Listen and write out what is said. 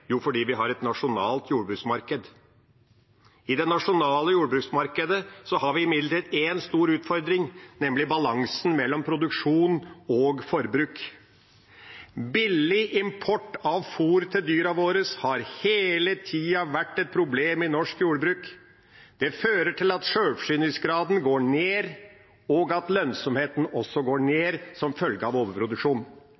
Jo, fordi vi har et nasjonalt jordbruksmarked. I det nasjonale jordbruksmarkedet har vi imidlertid én stor utfordring, nemlig balansen mellom produksjon og forbruk. Billig import av fôr til dyra våre har hele tida vært et problem i norsk jordbruk. Det fører til at sjølforsyningsgraden går ned, og også til at lønnsomheten går